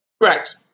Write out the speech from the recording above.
Correct